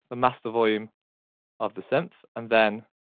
the master volume of the synth. and then